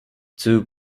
two